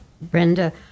Brenda